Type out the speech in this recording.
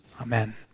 Amen